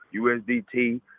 USDT